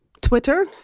Twitter